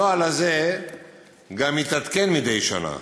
הנוהל הזה גם מתעדכן מדי שנה,